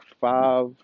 five